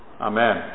Amen